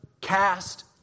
cast